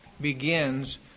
begins